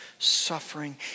Suffering